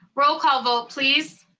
roll call vote, please?